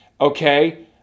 Okay